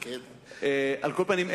על כל פנים,